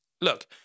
look